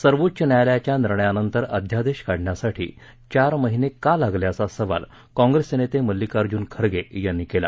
सर्वोच्च न्यायालयाच्या निर्णयानंतर अध्यादेश काढण्यासाठी चार महिने का लागले असा सवाल कॉंप्रेसचे नेते मल्लिकार्जुन खगॅ यांनी केला